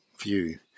view